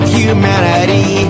humanity